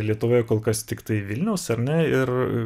lietuvoje kol kas tiktai vilniaus ar ne ir